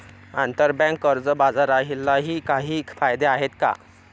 आंतरबँक कर्ज बाजारालाही काही कायदे आहेत का?